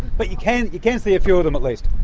but you can you can see a few of them, at least.